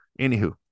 Anywho